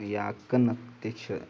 یا کٕنٕک تہِ چھِ